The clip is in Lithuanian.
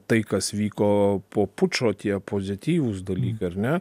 tai kas vyko po pučo tie pozityvūs dalykai ar ne